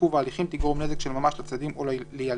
עיכוב ההליכים תגרום נזק של ממש לצדדים או לילדיהם,